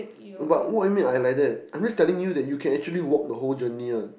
but what you mean I like that I'm just telling you that you can actually just walk the whole journey one